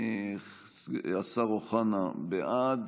השר אוחנה, בעד.